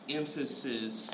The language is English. emphasis